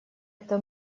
это